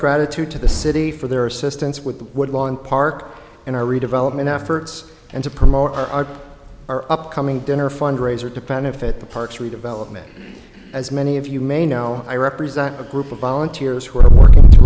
gratitude to the city for their assistance with the woodland park and our redevelopment efforts and to promote our our upcoming dinner fundraiser to plan if at the parks redevelopment as many of you may know i represent a group of volunteers who are working to